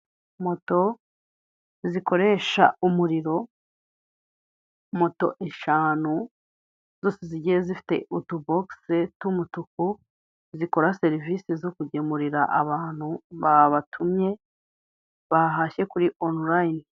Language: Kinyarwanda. Moto zikoresha umuriro, moto eshanu zose zigiye zifite utubogisi tw'umutuku, zikora serivise zo kugemurira abantu babatumye, bahashye kuri onilayini.